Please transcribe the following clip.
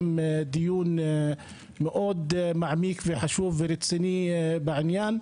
דיון מאוד מעמיק וחשוב ורציני בעניין,